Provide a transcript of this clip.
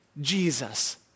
Jesus